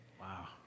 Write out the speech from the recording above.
Wow